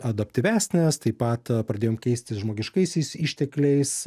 adaptyvesnės taip pat pradėjom keistis žmogiškaisiais ištekliais